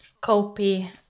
copy